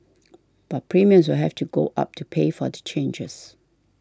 but premiums will have to go up to pay for the changes